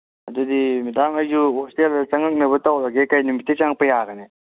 ꯑꯗꯨꯗꯤ ꯃꯦꯗꯥꯝ ꯑꯩꯁꯨ ꯍꯣꯁꯇꯦꯜꯗ ꯆꯪꯉꯛꯅꯕ ꯇꯧꯔꯒꯦ ꯀꯔꯤ ꯅꯨꯃꯤꯠꯇꯒꯤ ꯆꯪꯉꯛꯄ ꯌꯥꯒꯅꯤ